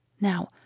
Now